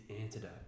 antidote